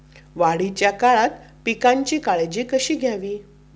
वाढीच्या काळात पिकांची काळजी कशी घ्यावी?